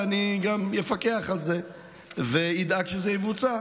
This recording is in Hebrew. ואני גם אפקח על זה ואדאג שזה יבוצע,